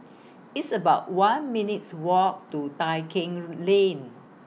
It's about one minutes' Walk to Tai Keng Lane